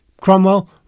Cromwell